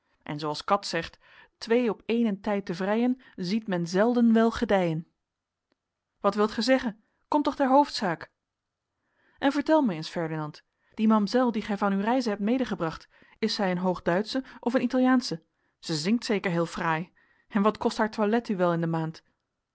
en zooals cats zegt twee op eenen tyt te vryen siet men selden wel gedyen wat wilt gij zeggen kom toch ter hoofdzaak en vertel mij eens ferdinand die mamsel die gij van uw reizen hebt medegebracht is zij een hoogduitsche of een italiaansche zij zingt zeker heel fraai en wat kost haar toilet u wel in de maand